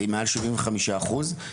למעלה המ-75 אחוזים.